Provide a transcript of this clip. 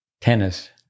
Tennis